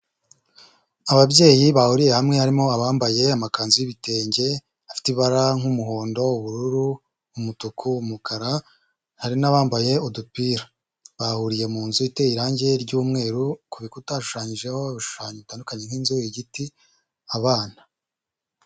Ababyeyi bahuriye hamwe harimo abambaye amakanzu y'ibitenge afite ibara nk'umuhondo, ubururu, umutuku umukara hari n'abambaye udupira bahuriye mu nzu iteye irangi ry'umweru, kubikuta hashushanyijeho ibishushanyo bitandukanye nk'inzu igiti, abana.